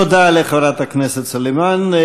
תודה לחברת הכנסת סלימאן.